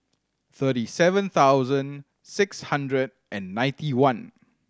thirty seven thousand six hundred and ninety one